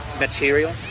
material